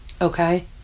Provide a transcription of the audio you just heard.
Okay